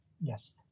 Yes